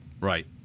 Right